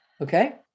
okay